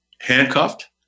handcuffed